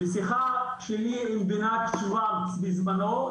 בשיחה שלי ניתנה תשובה בזמנו,